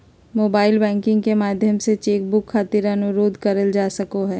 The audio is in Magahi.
मोबाइल बैंकिंग के माध्यम से चेक बुक खातिर अनुरोध करल जा सको हय